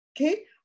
okay